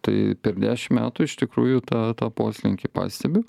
tai per dešim metų iš tikrųjų tą tą poslinkį pastebiu